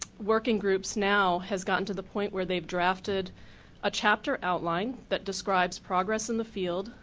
working groups now has gotten to the point where they drafted a chapter outline that describes progress in the field,